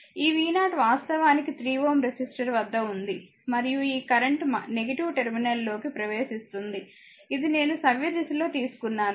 ఈ v0 వాస్తవానికి 3Ω resistor వద్ద ఉంది మరియు ఈ కరెంట్ టెర్మినల్ లూప్లోకి ప్రవేశిస్తోంది ఇది నేను సవ్య దిశలో తీసుకున్నాను